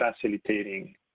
facilitating